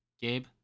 Gabe